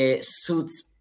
suits